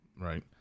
Right